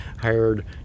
hired